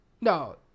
No